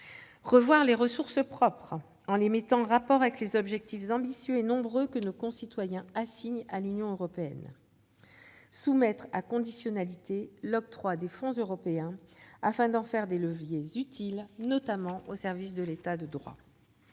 revoir les ressources propres, en les mettant en rapport avec les objectifs ambitieux et nombreux que nos concitoyens assignent à l'Union européenne. Il faut enfin soumettre conditionner l'octroi des fonds européens, afin d'en faire des leviers utiles, au service notamment de l'État de droit.